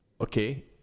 okay